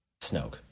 Snoke